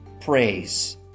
praise